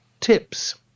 tips